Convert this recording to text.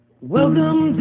Welcome